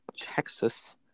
Texas